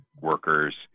workers